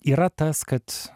yra tas kad